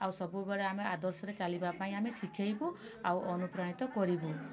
ଆଉ ସବୁବେଳେ ଆମେ ଆଦର୍ଶରେ ଚାଲିବା ପାଇଁ ଆମେ ଶିଖେଇବୁ ଆଉ ଅନୁପ୍ରାଣିତ କରିବୁ